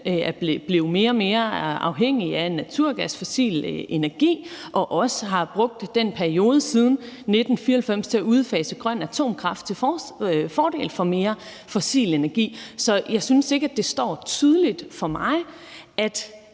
er blevet mere og mere afhængig af naturgas og fossil energi og også har brugt den periode siden 1994 til at udfase grøn atomkraft til fordel for mere fossil energi. Så det står ikke tydeligt for mig, at